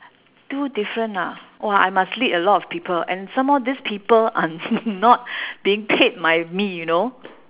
do different ah !wah! I must lead a lot of people and some more these people are not being paid by me you know